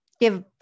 give